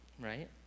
right